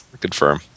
confirm